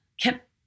kept